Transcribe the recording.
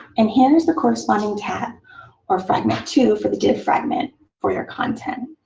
and here is the corresponding tag or fragment too for the div fragment for your content.